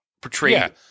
portrayed